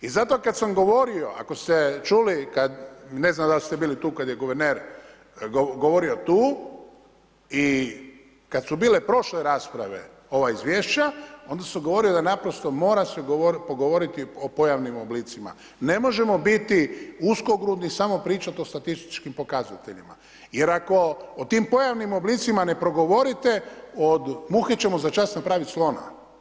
I zato kad sam govorio, ako ste čuli, ne znam da li ste bili tu kad je guverner govorio tu i kad su bile prošle rasprave ova izvješća, onda sam govorio da naprosto mora se pogovoriti o pojavnim oblicima, ne možemo biti uskogrudni i samo pričati o statističkim pokazateljima, jer ako o tim pojavnim oblicima ne progovorite, od muhe ćemo za čas napraviti slona.